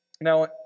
Now